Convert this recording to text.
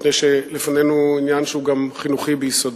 מפני שלפנינו עניין שהוא גם חינוכי ביסודו.